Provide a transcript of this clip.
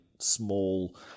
Small